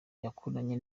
yakuranye